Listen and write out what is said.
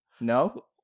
No